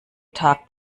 tag